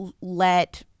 let –